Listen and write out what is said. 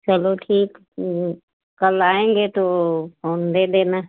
चलो ठीक कल आएंगे तो फोन दे देना